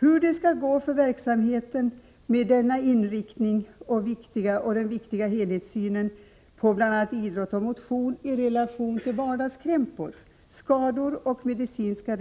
Hur det skall gå för verksamheten med denna inriktning på den viktiga helhetssynen på bl.a. idrott och motion i relation till vardagskrämpor, skador och medicinska